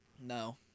No